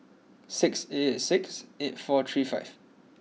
six eight eight six eight four three five